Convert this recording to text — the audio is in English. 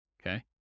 Okay